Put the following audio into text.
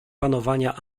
panowania